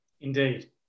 Indeed